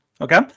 Okay